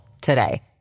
today